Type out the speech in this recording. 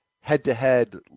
head-to-head